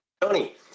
Tony